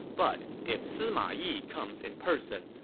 but if sima yi comes in person,